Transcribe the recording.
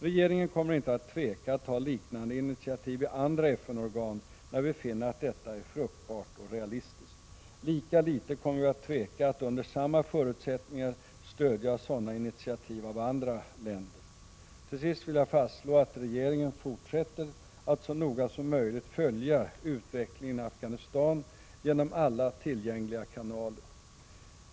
Regeringen kommer inte att tveka att ta liknande initiativ i andra FN-organ när vi finner att detta är fruktbart och realistiskt. Lika litet kommer vi att tveka att under samma förutsättningar stödja sådana initiativ av andra länder. Till sist vill jag fastslå att regeringen fortsätter att så noga som möjligt följa utvecklingen i Afghanistan genom alla tillgängliga kanaler.